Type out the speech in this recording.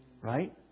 right